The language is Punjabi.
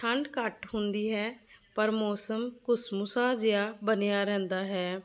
ਠੰਡ ਘੱਟ ਹੁੰਦੀ ਹੈ ਪਰ ਮੌਸਮ ਕੁਸਮੁਸਾ ਜਿਹਾ ਬਣਿਆ ਰਹਿੰਦਾ ਹੈ